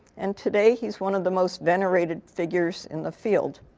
and today he's one of the most venerated figures in the field.